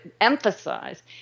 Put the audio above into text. emphasize